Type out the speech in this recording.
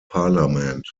parliament